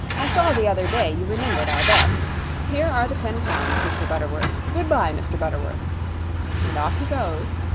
i saw the other day you remembered our bet here are the ten pounds, mr. butterworth. goodbye, mr. butterworth and off he goes,